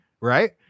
Right